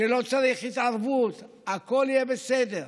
שלא צריך התערבות, הכול יהיה בסדר,